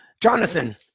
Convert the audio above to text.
jonathan